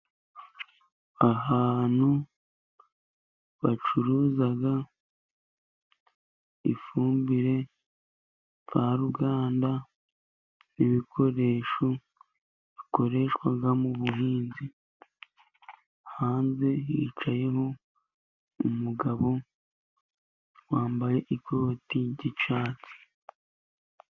Ahantu bacuruza ifumbire mvaruganda, n'ibikoresho bikoreshwa mu buhinzi. Hanze hicayeho umugabo wambaye ikoti ry'icyatsi.